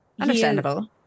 Understandable